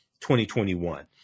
2021